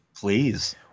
Please